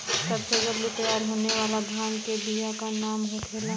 सबसे जल्दी तैयार होने वाला धान के बिया का का नाम होखेला?